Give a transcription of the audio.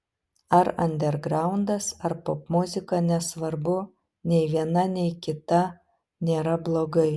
ar andergraundas ar popmuzika nesvarbu nei viena nei kita nėra blogai